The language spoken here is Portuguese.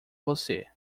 você